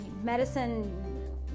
medicine